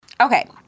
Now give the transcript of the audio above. Okay